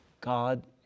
God